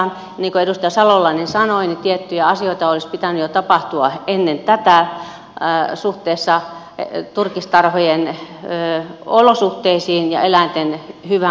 niin kuin edustaja salolainen sanoi niin tiettyjä asioita olisi jo ennen tätä pitänyt tapahtua suhteessa turkistarhojen olosuhteisiin ja eläinten hyvään kohteluun